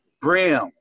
brim